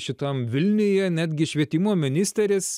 šitam vilniuje netgi švietimo ministeris